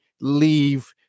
leave